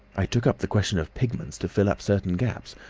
i took up the question of pigments to fill up certain gaps.